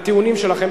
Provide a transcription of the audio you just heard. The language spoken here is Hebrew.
הטיעונים שלכם,